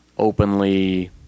openly